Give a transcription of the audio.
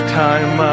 time